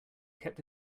kept